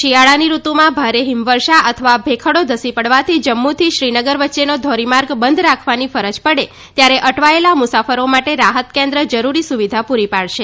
શિયાળાની ઋતુમાં ભારે ફીમવર્ષા અથવા ભેખડો ધસી પડવાથી જમ્મુથી શ્રીનગર વચ્ચેનો ધોરીમાર્ગ બંધ રાખવાની ફરજ પડે ત્યારે અટવાયેલા મુસાફરો માટે રાહત કેન્દ્ર જરૂરી સુવિધા પૂરી પાડશે